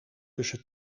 tussen